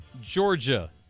Georgia